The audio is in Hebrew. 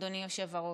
אדוני היושב-ראש,